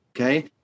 Okay